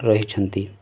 ରହିଛନ୍ତି